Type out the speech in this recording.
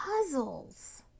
puzzles